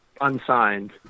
unsigned